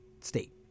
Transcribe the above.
State